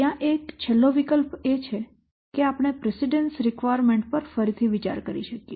ત્યાં એક છેલ્લો વિકલ્પ છે કે આપણે પ્રીસિડેન્સ રિક્વાયરમેન્ટ પર ફરીથી વિચાર કરી શકીએ